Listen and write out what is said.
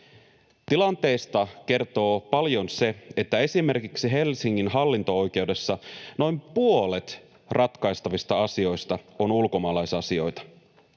Tilanteesta kertoo paljon se, että esimerkiksi Helsingin hallinto-oikeudessa noin puolet ratkaistavista asioista on ulkomaalaisasioita.